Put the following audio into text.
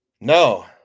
No